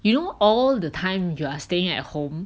you know all the time you are staying at home